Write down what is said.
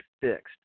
fixed